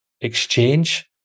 exchange